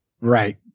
Right